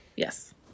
yes